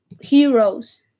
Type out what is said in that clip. Heroes